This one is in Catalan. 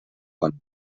conte